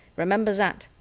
remember that.